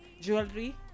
jewelry